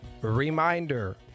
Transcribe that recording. reminder